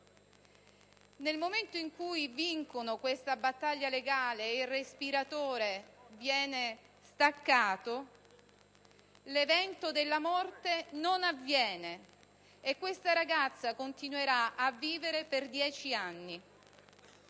Nel momento in cui vincono la battaglia legale e il respiratore viene staccato, l'evento della morte non avviene e quella ragazza continuerà a vivere per altri dieci anni.